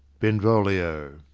benvolio.